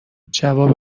جواب